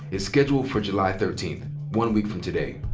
is scheduled for july thirteenth, one week from today.